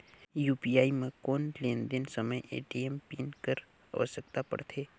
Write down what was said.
UPI म कौन लेन देन समय ए.टी.एम पिन कर आवश्यकता पड़थे?